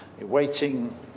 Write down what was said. awaiting